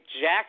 Jack